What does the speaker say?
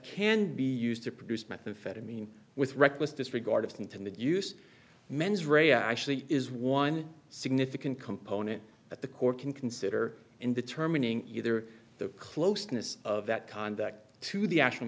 can be used to produce methamphetamine with reckless disregard of the intended use mens rea actually is one significant component that the court can consider in determining either the closeness of that conduct to the actual